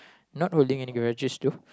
not holding any grudges though